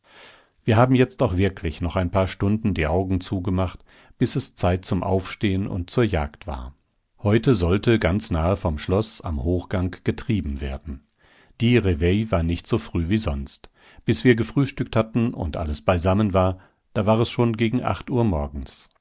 wir haben jetzt auch wirklich noch ein paar stunden die augen zugemacht bis es zeit zum aufstehen und zur jagd war heute sollte ganz nahe vom schloß am hochgang getrieben werden die reveille war nicht so früh wie sonst bis wir gefrühstückt hatten und alles beisammen war da war es schon gegen acht uhr morgens